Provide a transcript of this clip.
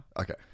Okay